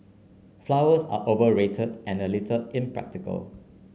flowers are overrated and a little impractical